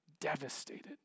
devastated